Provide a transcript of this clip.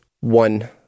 One